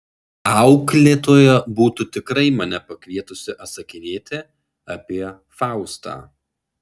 auklėtoja būtų tikrai mane pakvietusi atsakinėti apie faustą